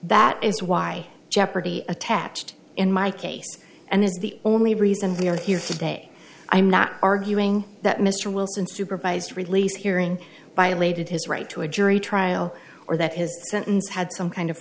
that is why jeopardy attached in my case and as the only reason we are here today i'm not arguing that mr wilson supervised release hearing by elated his right to a jury trial or that his sentence had some kind of